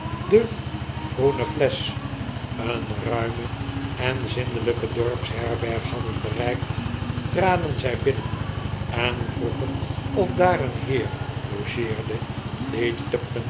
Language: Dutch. u groene flesch een ruime en zindelijke dorpsherberg hadden bereikt traden zij binnen en vroegen of daar een heer logeerde die